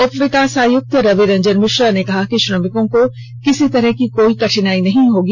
उप विकास आयुक्त रवि रंजन मिश्रा ने कहा कि श्रमिकों को किसी तरह की कोई कठिनाई नहीं होगी